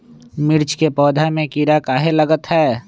मिर्च के पौधा में किरा कहे लगतहै?